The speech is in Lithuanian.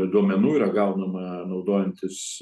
duomenų yra gaunama naudojantis